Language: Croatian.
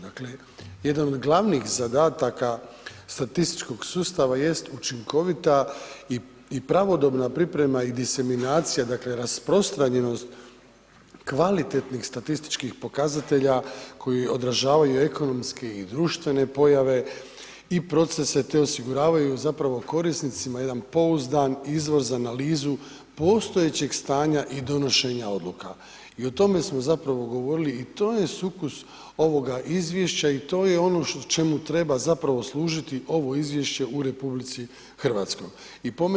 Dakle, jedan od glavnih zadataka statističkog sustava jest učinkovita i pravodobna priprema, i diseminacija, dakle rasprostranjenost kvalitetnih statističkih pokazatelja koji odražavaju ekonomske i društvene pojave, i procese te osiguravaju zapravo korisnicima jedan pouzdan izvoz, analizu postojećeg stanja i donošenja odluka, i o tome smo zapravo govorili i to je sukus ovoga Izvješća, i to je ono čemu treba zapravo služiti ovo Izvješće u Republici Hrvatskoj.